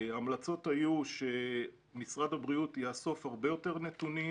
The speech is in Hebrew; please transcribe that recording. ההמלצות היו שמשרד הבריאות יאסוף הרבה יותר נתונים